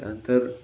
त्यानंतर